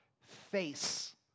face